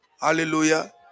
Hallelujah